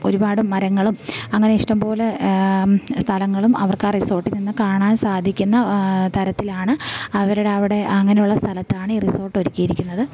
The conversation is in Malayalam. ഒരുപാട് മരങ്ങളും അങ്ങനെ ഇഷ്ടം പോലെ സ്ഥലങ്ങളും അവർക്ക് ആ റിസോട്ടിൽ നിന്ന് കാണാൻ സാധിക്കുന്ന തരത്തിലാണ് അവരുടെ അവിടെ അങ്ങനുള്ള സ്ഥലത്താണ് ഈ റിസോട്ട് ഒരിക്കിയിരിക്കുന്നത്